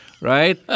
Right